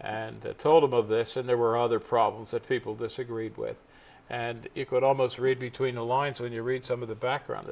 and told him of this and there were other problems that people disagreed with and you could almost read between the lines when you read some of the background